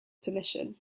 permission